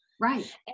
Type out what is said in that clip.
right